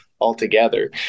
altogether